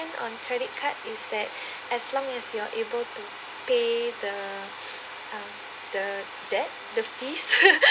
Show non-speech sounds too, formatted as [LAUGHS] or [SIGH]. on credit card is that as long as you are able to pay the um the debt the fees [LAUGHS]